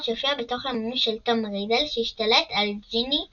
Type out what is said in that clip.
שהופיע בתור יומנו של טום רידל שהשתלט על ג'יני ויזלי,